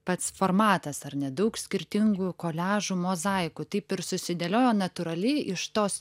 pats formatas ar ne daug skirtingų koliažų mozaikų taip ir susidėliojo natūraliai iš tos